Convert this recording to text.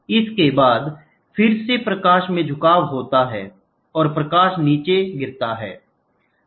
इसके बाद फिर से प्रकाश में झुकाव होता है होता है और प्रकाश नीचे गिरता है